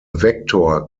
vector